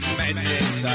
madness